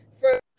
for-